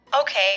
okay